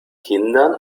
kindern